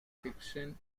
fiction